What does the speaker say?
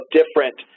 different